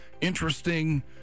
interesting